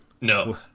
No